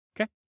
Okay